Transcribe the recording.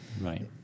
Right